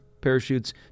parachutes